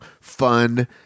fun